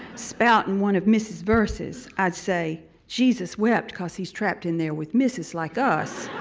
spouting one of missus verses, i'd say jesus wept cause he trapped in there with missus like us.